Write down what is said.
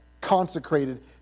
consecrated